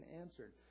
answered